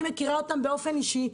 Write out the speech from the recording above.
אני מכירה אותם באופן אישי,